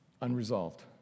Unresolved